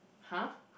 !huh!